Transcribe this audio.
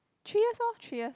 three years lor three years